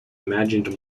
imagined